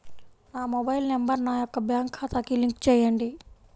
నా mobile number నా యొక్క బ్యాంక్ ఖాతాకి లింక్ చేయండీ?